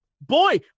boy